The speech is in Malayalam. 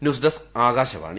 news desk Akashvani